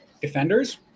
defenders